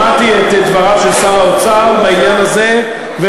שמעתי את דבריו של שר האוצר בעניין הזה,